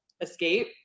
escape